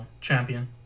champion